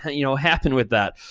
you know, happen with that.